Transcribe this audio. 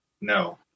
no